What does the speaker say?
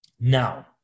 now